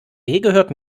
gehört